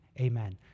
amen